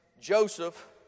Joseph